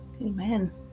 Amen